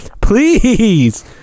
Please